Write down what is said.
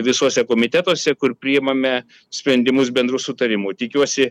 visuose komitetuose kur priimame sprendimus bendru sutarimu tikiuosi